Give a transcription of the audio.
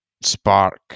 spark